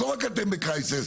לא רק אתם בקרייסיס.